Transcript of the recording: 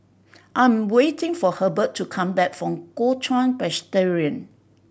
I'm waiting for Herbert to come back from Kuo Chuan Presbyterian